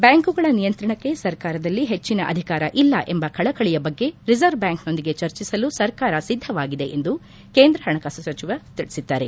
ಬ್ಲಾಂಕುಗಳ ನಿಯಂತ್ರಣಕ್ಕೆ ಸರ್ಕಾರದಲ್ಲಿ ಹೆಚ್ಚಿನ ಅಧಿಕಾರ ಇಲ್ಲ ಎಂಬ ಕಳಕಳಿಯ ಬಗ್ಗೆ ರಿಸರ್ವ್ ಬ್ಲಾಂಕ್ನೊಂದಿಗೆ ಚರ್ಚಿಸಲು ಸರ್ಕಾರ ಸಿದ್ದವಾಗಿದೆ ಎಂದು ಕೇಂದ್ರ ಹಣಕಾಸು ಸಚಿವ ಪಿಯೂಷ್ ಗೋಯಲ್ ತಿಳಿಸಿದ್ದಾರೆ